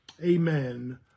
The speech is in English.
amen